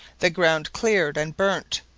the ground cleared and burnt,